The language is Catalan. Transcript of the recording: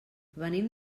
venim